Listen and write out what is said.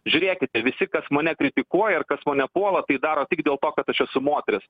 žiūrėkite visi kas mane kritikuoja ir kas mane puola tai daro tik dėl to kad aš esu moteris